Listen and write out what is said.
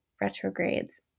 retrogrades